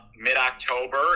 mid-October